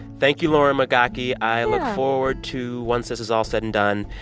thank you, lauren migaki. i look forward to, once this is all said and done,